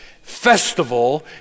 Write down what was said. festival